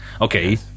Okay